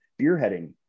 spearheading